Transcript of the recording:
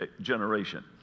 generation